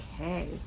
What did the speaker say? Okay